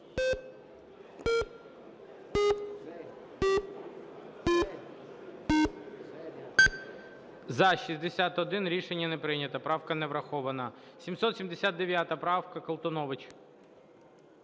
За-61 Рішення не прийнято. Правка не врахована. 779-а правка, Колтунович.